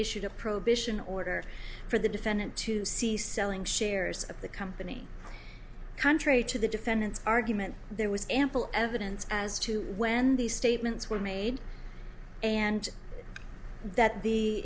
issued a prohibition order for the defendant to see selling shares of the company country to the defendant argument there was ample evidence as to when these statements were made and that the